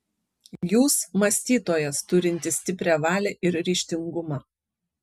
jūs mąstytojas turintis stiprią valią ir ryžtingumą